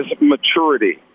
maturity